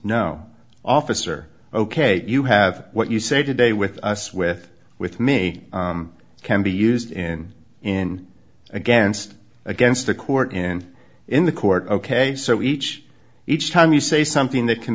no officer ok you have what you say today with us with with me can be used in in against against the court in in the court ok so each each time you say something that can